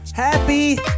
Happy